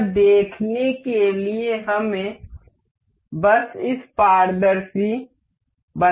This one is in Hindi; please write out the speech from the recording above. यह देखने के लिए हमें बस इसे पारदर्शी बनाना है